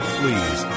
please